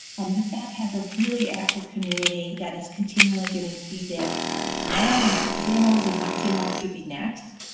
um this app has a really active community that is continually giving feedback ah not only on the channels and what channels should be next,